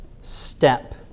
step